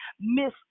miss